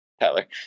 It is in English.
Tyler